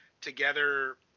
together